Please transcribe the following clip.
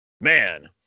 man